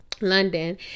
London